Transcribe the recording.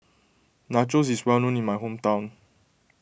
Nachos is well known in my hometown